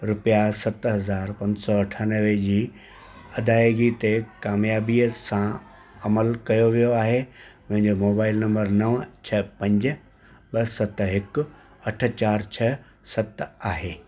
रुपिया सत हज़ार पंज सौ अठानवे जी अदाइगी ते क़ामयाबीअ सां अमल कयो वियो आहे मुंहिंजो मोबाइल नम्बर नवं छह पंज ॿ सत हिकु अठ चार छ्ह सत आहे